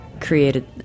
created